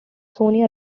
sonia